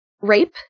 Rape